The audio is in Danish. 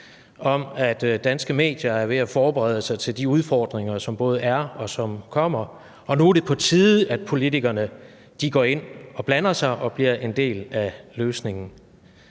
om, at danske medier er ved at forberede sig til de udfordringer, som både er, og som kommer, og at nu er det på tide, at politikerne går ind og blander sig og bliver en del af løsningen.